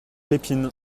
lépine